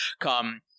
come